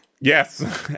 Yes